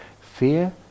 Fear